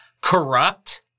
corrupt